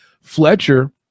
Fletcher